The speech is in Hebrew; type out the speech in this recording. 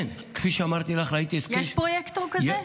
כן, כפי שאמרתי לך, ראיתי --- יש פרויקטור כזה?